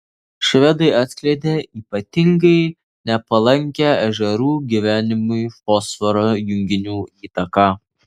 švedai atskleidė ypatingai nepalankią ežerų gyvenimui fosforo junginių įtaką